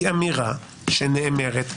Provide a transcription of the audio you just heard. היא אמירה שנאמרת,